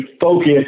focus